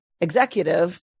executive